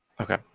Okay